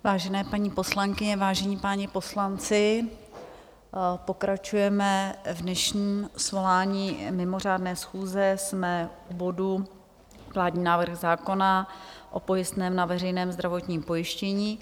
Vážené paní poslankyně, vážení páni poslanci, pokračujeme v dnešním svolání mimořádné schůze, jsme v bodu vládního návrhu zákona o pojistném na veřejné zdravotní pojištění.